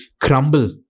crumble